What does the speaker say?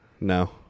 No